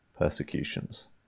persecutions